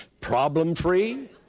problem-free